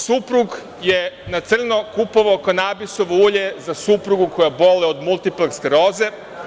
Suprug je na crno kupovao kanabisovo ulje za suprugu koja boluje od multiple skleroze.